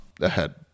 ahead